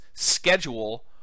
schedule